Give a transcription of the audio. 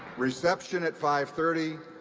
reception at five thirty.